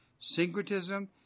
syncretism